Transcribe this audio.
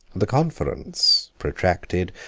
the conference, protracted,